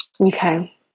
Okay